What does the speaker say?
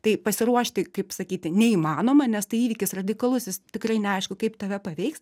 tai pasiruošti kaip sakyti neįmanoma nes tai įvykis radikalus jis tikrai neaišku kaip tave paveiks